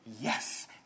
yes